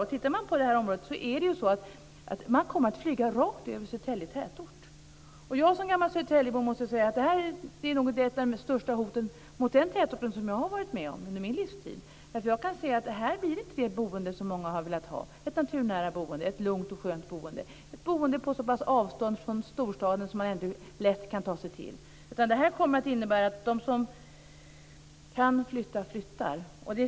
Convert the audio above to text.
När det gäller det här området kommer man att flyga rakt över Södertälje tätort. Som gammal Södertäljebo måste jag säga att detta nog är ett av de största hot mot den tätorten som jag har varit med om under min livstid. Här blir det inte det naturnära, lugna och sköna boende som många har velat ha - ett boende på så pass avstånd från storstaden men som man ändå lätt kan ta sig till. Det kommer att innebära att de som kan flytta kommer att göra det.